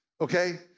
okay